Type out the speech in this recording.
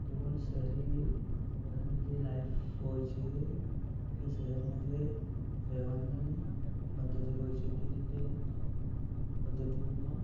તેઓને શહેરી શહેરની જે લાઈફ હોય છે કે શહેરમાં જે રહેવાની પદ્ધતિ હોય છે તે રીતે પદ્ધતિઓમાં